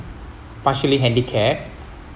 partially handicapped